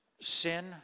Sin